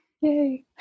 Yay